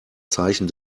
zeichen